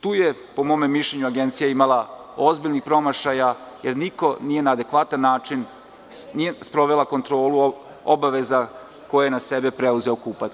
Tu je po mom mišljenju Agencija imala ozbiljnih promašaja, jer niko nije na adekvatan način, nije sprovela kontrolu obaveza koje je na sebe preuzeo kupac.